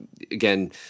again –